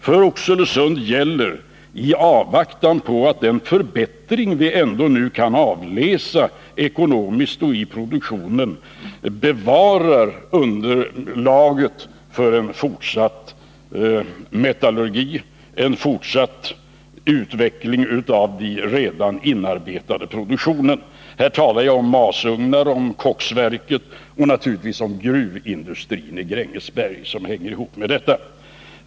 För Oxelösund gäller att det är viktigt att man, i avvaktan på den förbättring vi nu ändå kan avläsa ekonomiskt bevarar underlaget för en fortsatt metallurgi, en fortsatt utveckling av den redan inarbetade produktionen. Här talar jag om masugnar, om koksverket och naturligtvis om gruvindustrin i Grängesberg, som hänger ihop med detta.